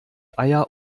eier